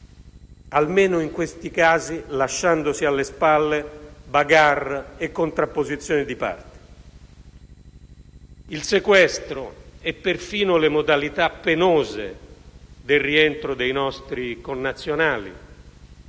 almeno in questi casi, lasciandosi alle spalle *bagarre* e contrapposizioni di parte. Il sequestro e perfino le modalità penose del rientro dei nostri connazionali